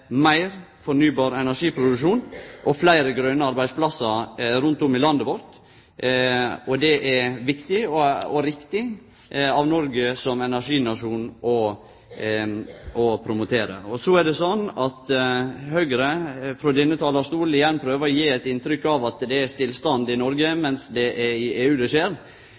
meir fornybar energiproduksjon og fleire grøne arbeidsplassar rundt om i landet vårt. Det er det viktig og riktig av Noreg som energinasjon å promotere. Og så er det sånn at Høgre, frå denne talarstolen, igjen prøver å gje eit inntrykk av at det er stillstand i Noreg, mens det er i EU det skjer.